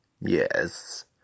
Yes